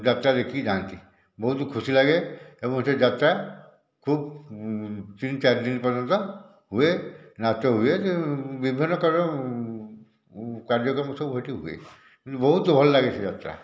ଯାତ୍ରା ଦେଖିକି ଯାଆନ୍ତି ବହୁତ ଖୁସି ଲାଗେ ଏବଂ ସେ ଯାତ୍ରା ଖୁବ ତିନି ଚାରି ଦିନ ପର୍ଯ୍ୟନ୍ତ ହୁଏ ନାଚ ହୁଏ ସେ ବିଭିନ୍ନ ପ୍ରକାରର କାର୍ଯ୍ୟକ୍ରମ ସେଇଠି ହୁଏ ବହୁତ ଭଲ ଲାଗେ ସେ ଯାତ୍ରା